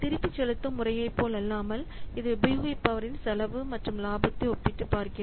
திருப்பிச் செலுத்தும் முறையைப் போல் அல்லாமல் இது உபயோகிப்பவரின் செலவு மற்றும் லாபத்தை ஒப்பிட்டு பார்க்கிறது